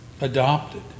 adopted